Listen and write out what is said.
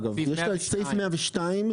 סעיף 102,